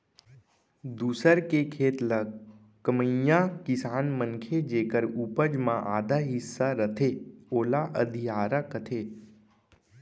दूसर के खेत ल कमइया किसान मनखे जेकर उपज म आधा हिस्सा रथे ओला अधियारा कथें